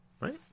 Right